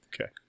Okay